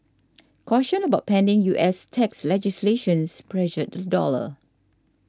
caution about pending U S tax legislations pressured the dollar